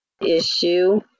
issue